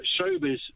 showbiz